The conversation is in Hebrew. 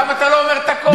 למה אתה לא אומר את הכול?